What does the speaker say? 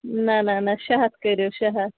نہ نہ نہ شےٚ ہَتھ کٔرِو شےٚ ہَتھ